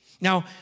Now